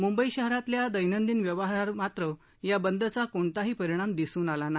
मुंबई शहरातील दैनंदिन व्यवहारावर या बंदचा कोणताही परिणाम दिसन आला नाही